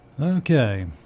Okay